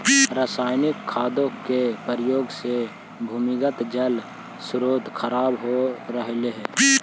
रसायनिक खादों के प्रयोग से भूमिगत जल स्रोत खराब हो रहलइ हे